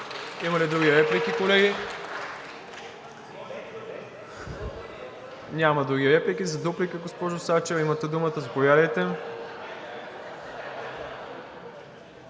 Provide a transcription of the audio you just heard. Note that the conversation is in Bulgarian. Има ли други реплики, колеги? Няма. За дуплика, госпожо Сачева, имате думата. Заповядайте.